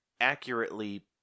accurately